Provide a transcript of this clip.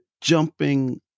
jumping